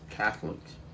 Catholics